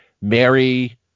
Mary